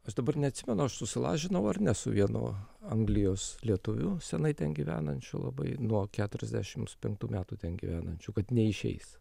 aš dabar neatsimenu aš susilažinau ar ne su vienu anglijos lietuviu seniai ten gyvenančiu labai nuo keturiasdešimts penktų metų ten gyvenančiu kad neišeis